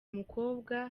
mukobwa